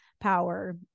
power